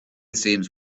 seems